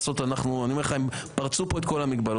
אני אומר לך, הם פרצו פה את כל המגבלות.